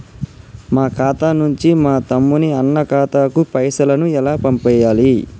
మా ఖాతా నుంచి మా తమ్ముని, అన్న ఖాతాకు పైసలను ఎలా పంపియ్యాలి?